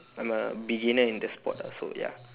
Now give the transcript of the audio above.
I'm a beginner in the sport lah so ya